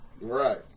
Right